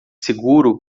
seguro